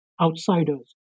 outsiders